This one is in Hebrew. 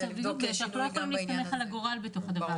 לא יכולים להסתמך על הגורל בתוך זה.